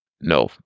No